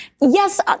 Yes